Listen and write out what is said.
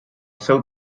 seu